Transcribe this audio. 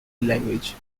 language